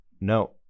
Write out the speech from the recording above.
No